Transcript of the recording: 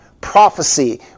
Prophecy